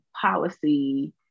policy